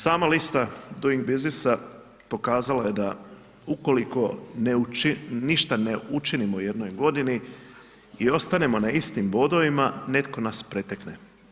Sama lista doing businessa pokazala je da ukoliko ne ništa ne učinimo u jednoj godini i ostanemo na istim bodovima netko nas pretekne.